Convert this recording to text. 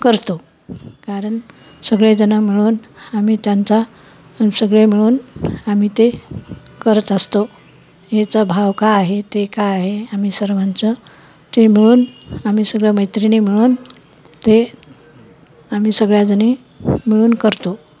करतो कारण सगळेजणं मिळून आम्ही त्यांचा सगळे मिळून आम्ही ते करत असतो याचा भाव का आहे ते काय आहे आम्ही सर्वांचं ते मिळून आम्ही सगळं मैत्रिणी मिळून ते आम्ही सगळ्याजणी मिळून करतो